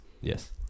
Yes